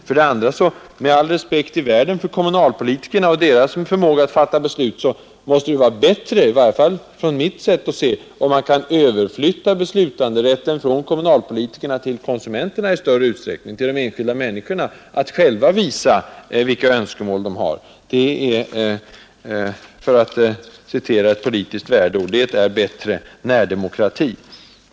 För det andra vill jag med all respekt i världen för kommunalpolitikernas förmåga att fatta beslut säga, att det — i varje fall enligt mitt sätt att se — måste vara bättre om man i större utsträckning kan överflytta bestämmanderätten från kommunalpolitikerna till konsumenterna, så att de enskilda människorna själva får visa vilka önskemål de har. Det är, för att använda ett politiskt värdeord, bättre närdemokrati.